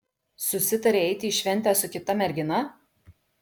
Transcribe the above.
susitarei eiti į šventę su kita mergina